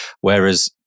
Whereas